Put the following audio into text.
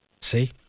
See